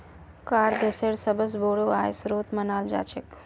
कर देशेर सबस बोरो आय स्रोत मानाल जा छेक